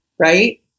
Right